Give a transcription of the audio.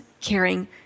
caring